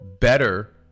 better